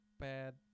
bad